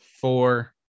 four